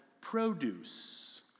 produce